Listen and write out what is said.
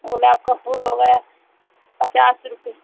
गुलाब का फूल हो गए पचास रुपये